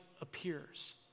appears